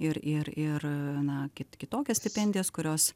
ir ir ir na ki kitokias stipendijas kurios